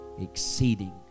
exceeding